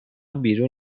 بیرون